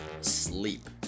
sleep